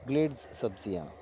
Gladys سبزیاں